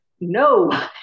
no